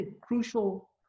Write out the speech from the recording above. crucial